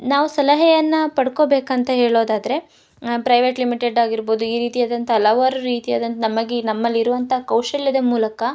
ನಾವು ಸಲಹೆಯನ್ನು ಪಡ್ಕೋಬೇಕಂತ ಹೇಳೋದಾದ್ರೆ ಆ ಪ್ರೈವೇಟ್ ಲಿಮಿಟೆಡ್ ಆಗಿರ್ಬೋದು ಈ ರೀತಿಯಾದಂಥ ಹಲವಾರು ರೀತಿಯಾದಂಥ ನಮಗೆ ನಮ್ಮಲಿರುವಂತಹ ಕೌಶಲ್ಯದ ಮೂಲಕ